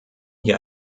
hier